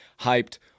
hyped